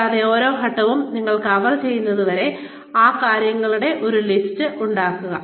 കൂടാതെ ഓരോ ഘട്ടവും നിങ്ങൾ കവർ ചെയ്യുന്നതുവരെ ആ കാര്യങ്ങളുടെ ഒരു ലിസ്റ്റ് ഉണ്ടാക്കുക